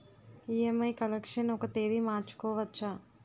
EMI collection ఒక తేదీ మార్చుకోవచ్చా?